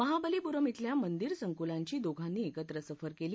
महाबलीपूरम थिल्या मंदिर संकुलाची दोघांनी एकत्र सफर केली